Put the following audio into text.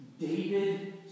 David